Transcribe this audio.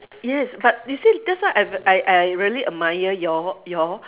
yes but you see that's why I I I really admire your your